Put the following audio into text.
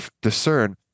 discern